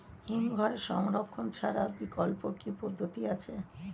হিমঘরে সংরক্ষণ ছাড়া বিকল্প কি পদ্ধতি আছে?